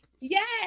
Yes